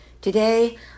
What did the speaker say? Today